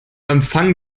empfang